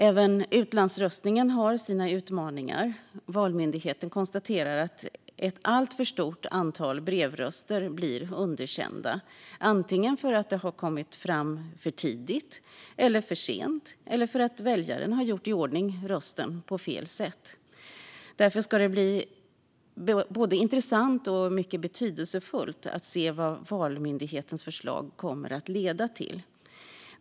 Även utlandsröstningen har sina utmaningar. Valmyndigheten konstaterar att ett alltför stort antal brevröster blir underkända, antingen därför att de har kommit fram för tidigt eller för sent eller därför att väljaren har gjort i ordning rösten på fel sätt. Därför ska det bli intressant att se vad Valmyndighetens förslag kommer att leda till. Detta är mycket betydelsefullt.